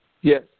Yes